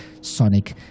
sonic